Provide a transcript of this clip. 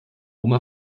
oma